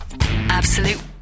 Absolute